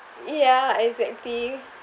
ya exactly